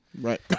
Right